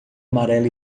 amarela